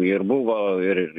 ir buvo ir